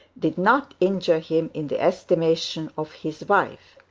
did not injure him in the estimation of his wife.